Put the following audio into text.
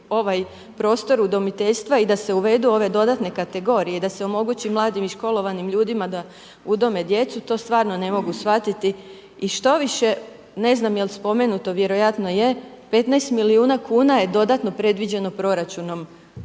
ovaj prostor udomiteljstva i da se uvedu ove dodatne kategorije i da se omogući mladim i školovanim ljudima da udome djecu, to stvarno ne mogu shvatiti i štoviše, ne znam jel' spomenuto, vjerojatno je, 15 milijuna kuna je dodatno predviđeno proračunom